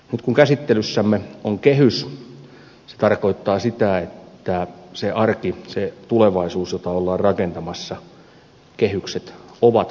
nyt kun käsittelyssämme on kehys se tarkoittaa sitä että sitä arkea sitä tulevaisuutta jota ollaan rakentamassa kehykset ovat määrittämässä